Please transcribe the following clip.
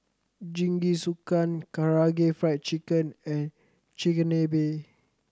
Jingisukan Karaage Fried Chicken and Chigenabe